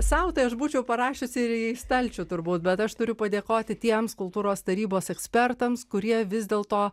sau tai aš būčiau parašiusi ir į stalčių turbūt bet aš turiu padėkoti tiems kultūros tarybos ekspertams kurie vis dėlto